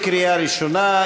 לקריאה ראשונה.